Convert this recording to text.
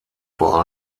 vor